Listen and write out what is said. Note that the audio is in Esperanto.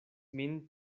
min